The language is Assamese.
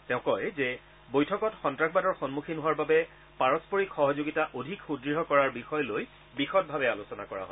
তেওঁ কয় যে বৈঠকত সন্ত্ৰাসবাদৰ সন্মুখীন হোৱাৰ বাবে পাৰস্পৰিক সহযোগিতা অধিক সূদ্য় কৰাৰ বিষয় লৈ বিশদভাৱে আলোচনা কৰা হয়